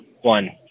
one